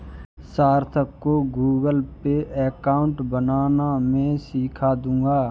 सार्थक को Google Pay account बनाना मैं सीखा दूंगा